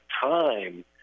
time